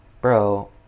bro